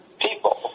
people